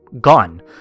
gone